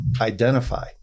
identify